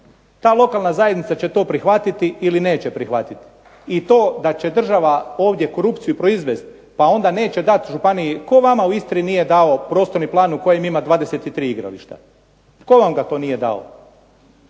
ta lokalna zajednica će to prihvatiti ili neće prihvatiti. I to da će država ovdje korupciju proizvesti, pa onda neće dati županiji. Tko vama u Istri nije dao prostorni plan u kojem ima 23 igrališta. Tko vam ga to nije dao?